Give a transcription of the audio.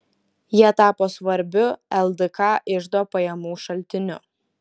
jie tapo svarbiu ldk iždo pajamų šaltiniu